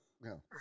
No